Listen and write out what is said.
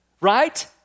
Right